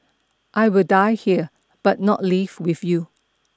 I will die here but not leave with you